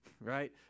right